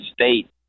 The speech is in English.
state